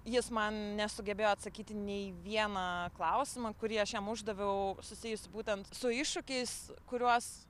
jis man nesugebėjo atsakyti nei vieną klausimą kurį aš jam uždaviau susijusį būtent su iššūkiais kuriuos